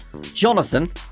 Jonathan